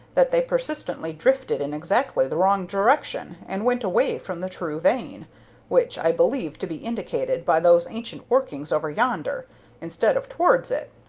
that they persistently drifted in exactly the wrong direction, and went away from the true vein which i believe to be indicated by those ancient workings over yonder instead of towards it.